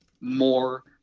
more